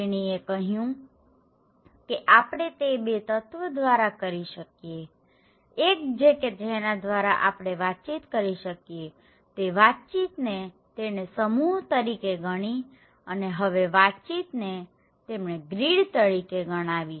તેણીએ કહ્યું કે આપણે તે બે તત્વો દ્વારા કરી શકીએ એક કે જેના દ્વારા આપણે વાતચિત કરી શકીએતે વાતચીત ને તેણે સમૂહ તરીકે ગણીઅને હવે વાતચીત ને તેમણે ગ્રીડ તરીકે ગણાવી